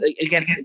again